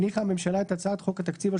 הניחה הממשלה את הצעת חוק התקציב על